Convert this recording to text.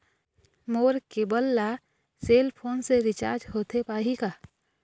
मोर cable ला cell phone से recharge होथे पाही का?